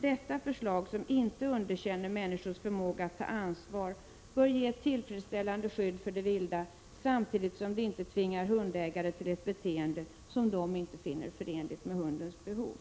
Detta förslag, som inte underkänner människors förmåga att ta ansvar, bör ge ett tillfredsställande skydd för det vilda, samtidigt som det inte tvingar ansvarskännande hundägare till ett beteende som de inte finner förenligt med hundens behov.